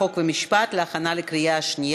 חוק ומשפט נתקבלה.